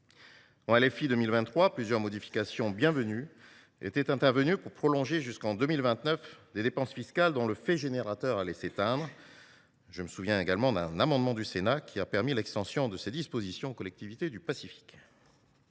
pour 2023, plusieurs modifications bienvenues étaient intervenues pour prolonger, jusqu’en 2029, des dépenses fiscales dont le fait générateur allait s’éteindre. Je me souviens également d’un amendement adopté par le Sénat qui étendait le bénéfice de ces dispositions aux collectivités du Pacifique.